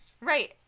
right